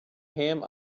him